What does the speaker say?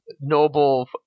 noble